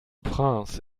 prince